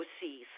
see